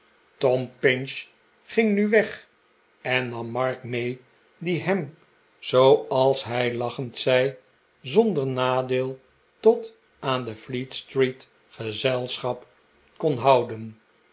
tom pinch ging nu weg r en nam mark mee die hem zooals hij lachend zei zonder nadeel tot aan de fleet-street gezelschap kon houden